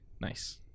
Nice